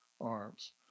arms